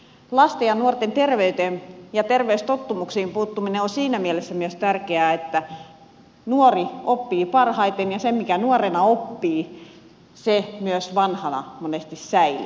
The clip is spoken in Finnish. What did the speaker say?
lasten ja nuorten terveyteen ja terveystottumuksiin puuttuminen on myös siinä mielessä tärkeää että nuori oppii parhaiten ja se minkä nuorena oppii myös vanhana monesti säilyy